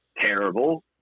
terrible